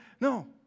No